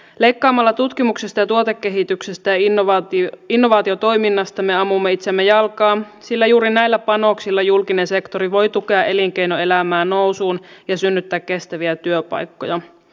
leikkaamalla tutkimuksesta ja tuotekehityksestä ja innovaatiotoiminnasta me ammumme itseämme jalkaan sillä juuri näillä panoksilla julkinen sektori voi tukea elinkeinoelämää nousuun ja synnyttää kestäviä työpaikkoja